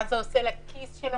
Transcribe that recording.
מה זה עושה לכיס של המשפחה,